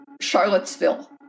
Charlottesville